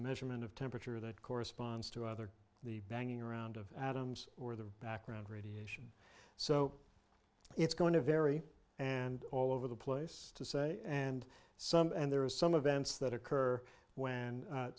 a measurement of temperature that corresponds to either the banging around of atoms or the background radiation so it's going to vary and all over the place to say and some and there is some advance that occur when